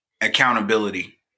accountability